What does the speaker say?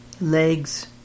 legs